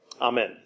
Amen